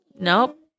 nope